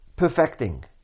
perfecting